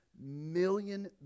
million